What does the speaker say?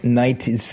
nineteen